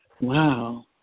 Wow